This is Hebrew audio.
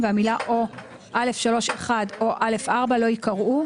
והמילים "או (א3)(1) או (א4)" - לא ייקראו,